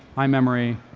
high memory,